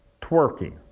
twerking